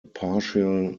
partial